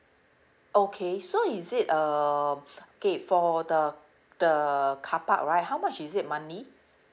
okay so is it err okay for the the carpark right how much is it monthly